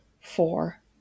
four